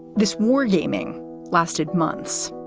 this wargaming lasted months.